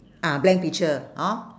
ah blank picture hor